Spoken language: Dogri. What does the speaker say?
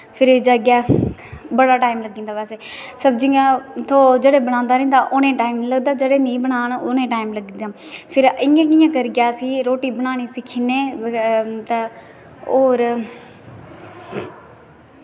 फिर आई जाइयै बड़ा टाईम लग्गी जंदा बैसे सब्जियां जेह्ड़ा बनांदा रौंह्दा उ'नें गी टाईम नी लगदा जेह्ड़े नेईं बनाना उ'नें गी टाईम लग्गी जंदा फिर इ'यां इ'यां करियै अस रोटी बनाना सिक्खी जन्ने ते होर